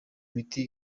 miti